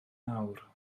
nawr